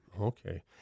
Okay